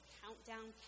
countdown